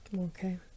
Okay